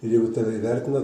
ir jeigu tave įvertina